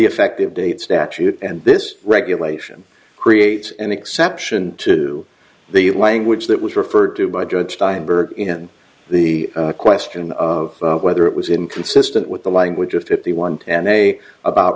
effective date statute and this regulation creates an exception to the language that was referred to by judge steinberg in the question of whether it was inconsistent with the language of fifty one and they about